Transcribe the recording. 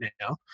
now